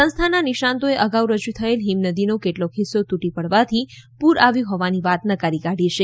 સંસ્થાના નિષ્ણાતોએ અગાઉ રજુ થયેલ હીમનદીનો કેટલોક હિસ્સો તૂટી પડવાથી પૂર આવ્યું હોવાની વાત નકારી કાઢી છે